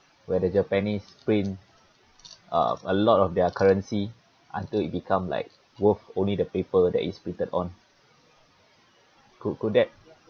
where the japanese print uh a lot of their currency until it become like worth only the paper that is printed on could could that